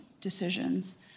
decisions